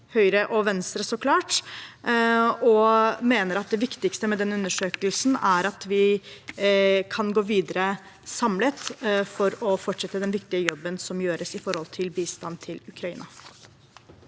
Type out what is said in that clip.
Høyre og Venstre. Vi mener det viktigste med denne undersøkelsen er at vi kan gå videre samlet for å fortsette den viktige jobben som gjøres med hensyn til bistand til Ukraina.